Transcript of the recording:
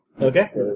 Okay